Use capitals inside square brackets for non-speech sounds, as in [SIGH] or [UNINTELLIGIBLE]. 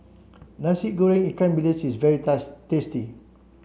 Nasi Goreng Ikan Bili is very [UNINTELLIGIBLE] tasty